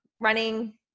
running